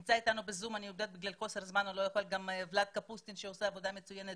נמצא אתנו ב-זום ולאד קפוסקין שעושה עבודה מצוינת